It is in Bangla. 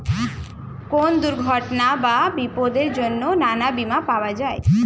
কোন দুর্ঘটনা বা বিপদের জন্যে নানা বীমা পাওয়া যায়